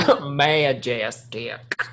Majestic